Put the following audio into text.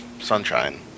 sunshine